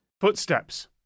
Footsteps